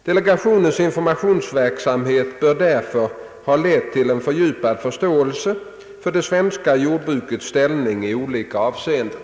Delegationens informationsverksamhet bör därför ha lett till en fördjupad förståelse för det svenska jordbrukets ställning i olika avseenden.